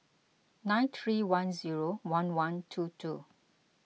nine three one zero one one two two